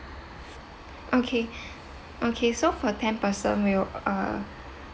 okay okay so for ten person we'll uh